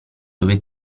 dove